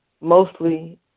mostly